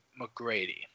McGrady